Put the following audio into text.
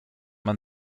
man